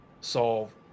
solve